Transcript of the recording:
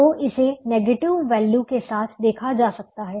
तो इसे negative value के साथ देखा जा सकता है